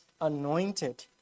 anointed